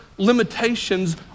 limitations